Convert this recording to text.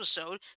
episode